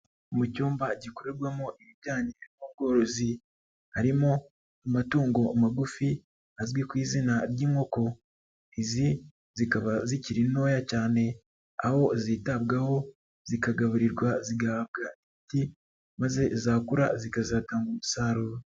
Mu cyumba gikorerwamo ibijyanye n'ubworozi harimo amatungo magufi azwi ku izina ry'inkoko, izi zikaba zikiri ntoya cyane ,aho zitabwaho zikagaburirwa zigahabwa imiti ,maze zakura zikazatanga umusaruro.